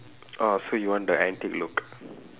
orh so you want the antique look